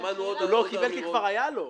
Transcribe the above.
הוא לא קיבל, כי כבר היה לו.